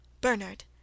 Bernard